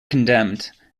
condemned